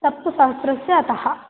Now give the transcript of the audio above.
सप्तसहस्रस्य अधः